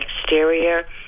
exterior